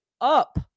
up